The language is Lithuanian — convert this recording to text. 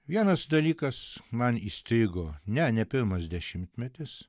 vienas dalykas man įstrigo ne ne pirmas dešimtmetis